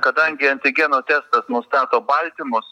kadangi antigeno testas nustato baltymus